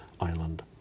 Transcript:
Island